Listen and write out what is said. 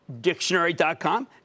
Dictionary.com